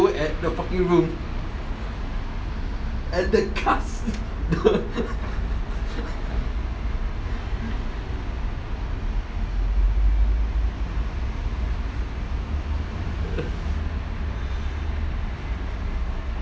go at the fucking room at the cast